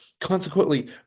consequently